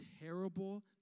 terrible